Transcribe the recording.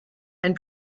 and